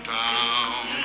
town